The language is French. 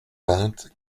vingt